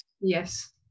yes